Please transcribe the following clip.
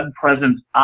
Presence